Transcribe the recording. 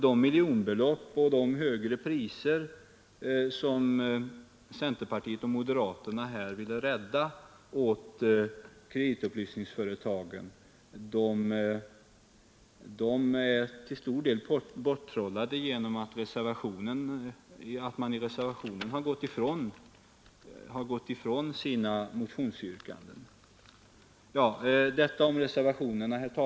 De miljonbelopp och högre priser som centerpartiet och moderaterna vill rädda åt kreditupplysningsföretagen blir till stor del borttrollade genom att man i reservationen har gått ifrån sina motionsyrkanden.